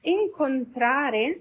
incontrare